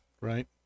right